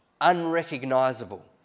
unrecognizable